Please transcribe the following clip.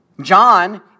John